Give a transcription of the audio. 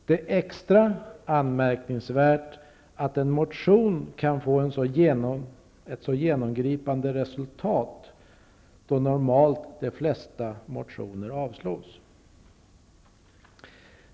Det är extra anmärkningsvärt att en motion kan få ett så genomgripande resultat, då de flesta motioner normalt avstyrks.